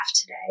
today